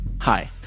Hi